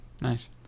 Nice